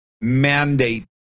mandate